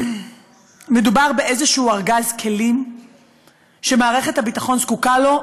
מדובר באיזשהו ארגז כלים שמערכת הביטחון זקוקה לו,